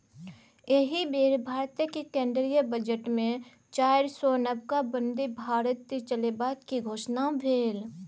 एहि बेर भारतक केंद्रीय बजटमे चारिसौ नबका बन्दे भारत चलेबाक घोषणा भेल